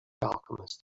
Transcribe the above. alchemist